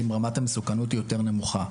האם רמת המסוכנות יותר נמוכה.